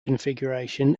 configuration